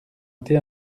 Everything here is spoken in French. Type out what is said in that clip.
été